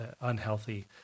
unhealthy